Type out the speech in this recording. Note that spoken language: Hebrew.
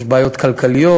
יש בעיות כלכליות?